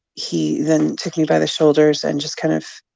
he then took me by the shoulders and just kind of